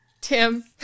Tim